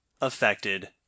affected